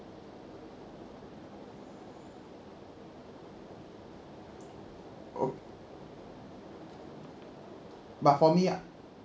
oh but for me I